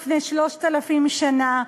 לפני 3,000 שנה,